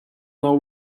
know